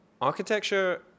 architecture